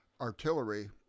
artillery